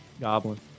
goblin